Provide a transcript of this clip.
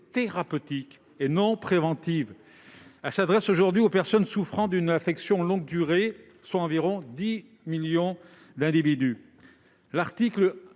thérapeutique, et non préventive. Elle s'adresse aujourd'hui aux personnes souffrant d'une affection de longue durée, soit environ 10 millions d'individus.